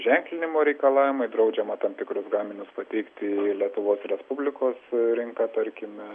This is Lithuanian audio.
ženklinimo reikalavimai draudžiama tam tikrus gaminius pateikti į lietuvos respublikos rinką tarkime